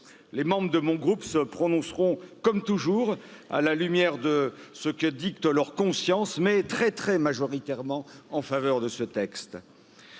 Les membres de mon groupe se prononceront comme toujours à la lumière de ce que dicte leur conscience mais très très majoritairement en faveur de ce texte.